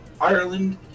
Ireland